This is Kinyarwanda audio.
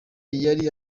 yari